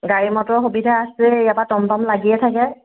গাড়ী মটৰ সুবিধা আছেই ইয়াৰ পৰা টম টম লাগিয়ে থাকে